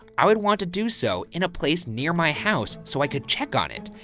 i would want to do so in a place near my house so i could check on it.